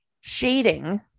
shading